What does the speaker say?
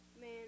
man